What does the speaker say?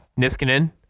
Niskanen